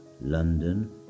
London